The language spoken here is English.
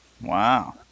Wow